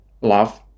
love